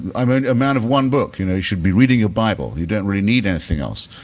i mean a man of one book, you know, you should be reading a bible, you don't really need anything else,